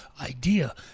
idea